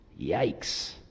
Yikes